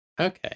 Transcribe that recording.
Okay